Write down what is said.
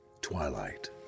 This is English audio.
Twilight